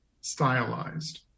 stylized